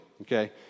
okay